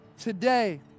Today